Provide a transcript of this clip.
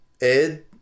Ed